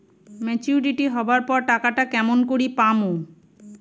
Maturity হবার পর টাকাটা কেমন করি পামু?